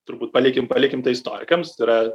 turbūt palikim palikim tai istorikams tai yra